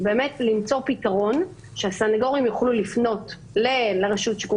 באמת למצוא פתרון שהסניגורים יוכלו לפנות לרשות שיקום